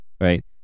right